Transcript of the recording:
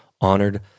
honored